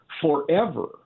forever